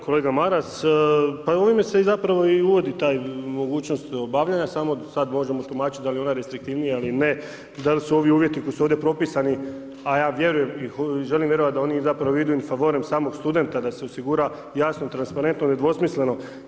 Kolega Maras, pa ovime se zapravo i uvodi ta mogućnost obavljanja samo sad možemo tumačiti da li je ona restriktivnija ili ne, da lis ovi uvjeti koji su ovdje propisani a ja vjerujem i želim vjerovati da oni zapravo idu in favorem samog studenta da se osigura jasno i transparentno, nedvosmisleno.